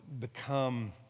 become